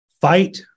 fight